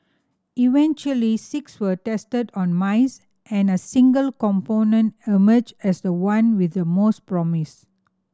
eventually six were tested on mice and a single compound emerged as the one with the most promise